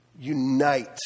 unite